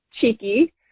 cheeky